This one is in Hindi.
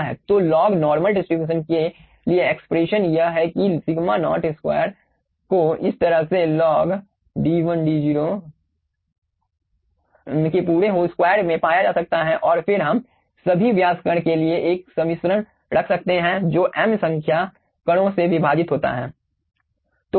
तो लॉग नॉर्मल डिस्ट्रीब्यूशन के लिए एक्सप्रेशन यह है कि सिग्मा नॉट स्क्वॉयर को इस तरह से लॉग पूरे स्क्वायर में पाया जा सकता है और फिर हम सभी व्यास कण के लिए एक समिश्रण रख सकते हैं जो m संख्या कणों से विभाजित होता है